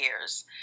years